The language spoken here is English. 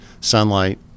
sunlight